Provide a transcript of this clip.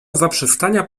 zaprzestania